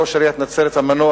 ראש עיריית נצרת המנוח,